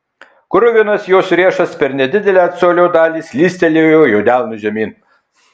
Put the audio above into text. kruvinas jos riešas per nedidelę colio dalį slystelėjo jo delnu žemyn